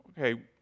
okay